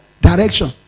Direction